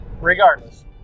regardless